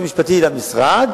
ולכן שאלתי את היועץ המשפטי למשרד